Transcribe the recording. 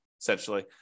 essentially